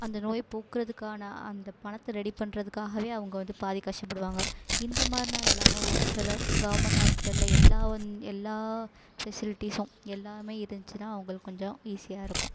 அந்த நோய் போக்குறதுக்கான அந்த பணத்தை ரெடி பண்ணுறதுக்காகவே அவங்க வந்து பாதி கஷ்டப்படுவாங்க இந்த மாதிரினா இல்லாமல் ஒரு சில கவர்மெண்ட் ஹாஸ்பிட்டல்ல எல்லா வந் எல்லா ஃபெசிலிட்டிஸும் எல்லாமே இருந்துச்சின்னால் அவங்களுக்கு கொஞ்சம் ஈஸியாக இருக்கும்